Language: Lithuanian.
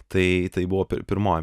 tai buvo pir pirmoji